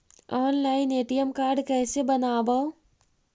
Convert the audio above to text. Online ATM card कैसे बनाबौ?